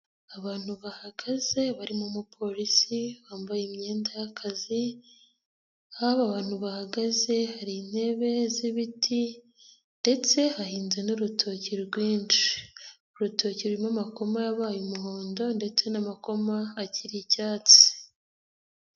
Abantu bahagaze barimo umupolisi wambaye imyenda y'akazi, aho aba bantu bahagaze hari intebe z'ibiti ndetse hahinze n'urutoki rwinshi. Urutoki rurimo amakoma yabaye umuhondo ndetse n'amakoma akiri icyatsi.